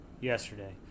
yesterday